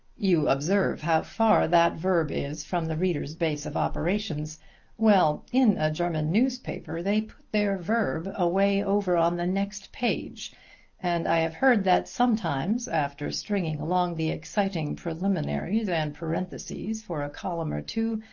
you observe how far that verb is from the reader's base of operations well, in a german newspaper they put their verb away over on the next page and i have heard that sometimes after stringing along the exciting preliminaries and parentheses for a column or two,